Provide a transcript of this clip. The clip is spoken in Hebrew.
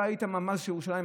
אתה היית ממ"ז ירושלים,